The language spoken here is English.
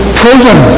prison